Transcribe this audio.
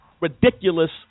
ridiculous